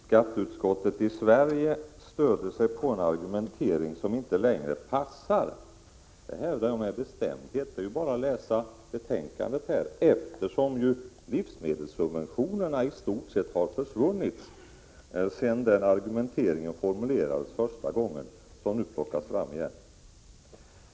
Herr talman! Skatteutskottet i Sverige stöder sig på en argumentering som inte längre passar. Det hävdar jag med bestämdhet. Man kan ju bara läsa betänkandet. Livsmedelssubventionerna har ju i stort sett försvunnit sedan den tidpunkt då argumenteringen formulerades första gången. Men nu har argumenteringen plockats fram igen.